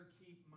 keep